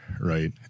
right